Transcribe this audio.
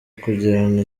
kugirana